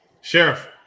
Sheriff